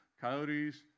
coyotes